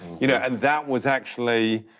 you know and that was actually,